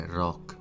rock